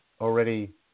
already